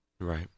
Right